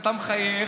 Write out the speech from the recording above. ואתה מחייך,